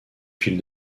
fil